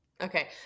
Okay